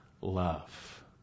love